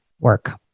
work